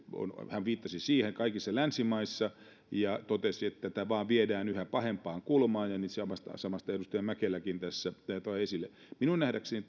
hän viittasi siihen kaikissa länsimaissa ja totesi että tätä vain viedään yhä pahempaan kulmaan ja samaa edustaja mäkeläkin tässä toi esille minun nähdäkseni